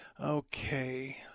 Okay